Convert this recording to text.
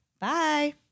Bye